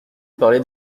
parler